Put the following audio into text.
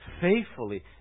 faithfully